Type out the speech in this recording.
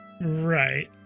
Right